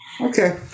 Okay